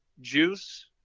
juice